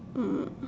um